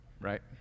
Right